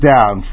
Down